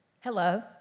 hello